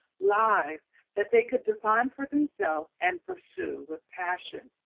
lives that they could define for themselves and pursue with passion.